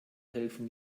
helfen